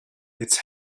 its